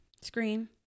screen